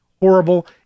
horrible